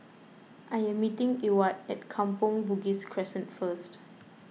I am meeting Ewart at Kampong Bugis Crescent first